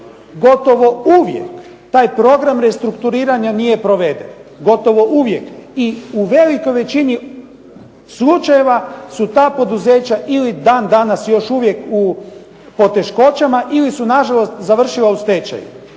Gotovo uvijek taj program restrukturiranja nije proveden, gotovo uvijek, i u velikoj većini slučajeva su ta poduzeća ili dan danas još uvijek u poteškoćama ili su na žalost završila u stečaju.